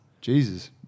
Jesus